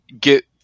get